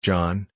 John